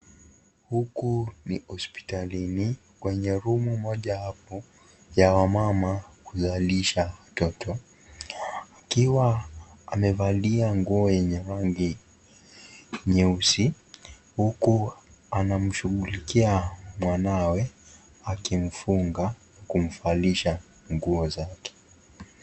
Huku ni hospitlalini kwenye room moja hapo ya wamama kuzalisha watoto akiwa amevalia nguo yenye rangi nyeusi huku anamshughulikia mwanawe akimfunga kumvalisha nguo zake.